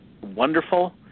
wonderful